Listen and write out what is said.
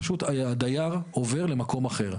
פשוט הדייר עובר למקום אחר.